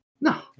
no